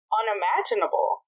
unimaginable